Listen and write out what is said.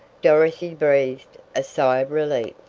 dorothy breathed a sigh of relief.